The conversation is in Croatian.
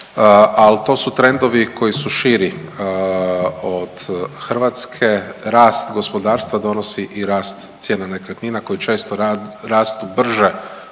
ali to su trendovi koji su širi od Hrvatske. Rast gospodarstva donosi i rast cijena nekretnina koje često rastu brže